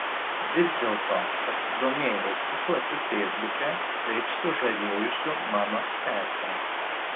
vis dėlto pasidomėjau puslapiu feisbuke taip sužavėjusiu mano sesę